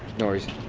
norris